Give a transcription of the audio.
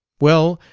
well,